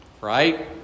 right